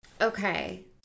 okay